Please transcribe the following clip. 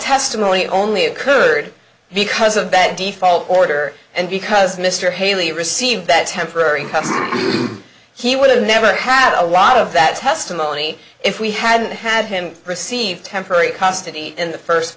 testimony only occurred because of bad default order and because mr haley received that temporary he would have never had a lot of that testimony if we had had him receive temporary custody in the first